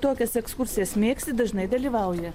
tokias ekskursijas mėgsti dažnai dalyvauji